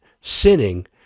sinning